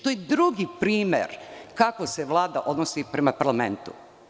To je drugi primer kako se Vlada odnosi prema parlamentu.